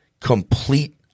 complete